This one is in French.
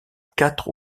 quatre